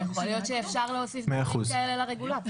ויכול להיות שאפשר להוסיף דברים כאלה לרגולטור.